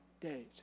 days